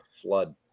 flood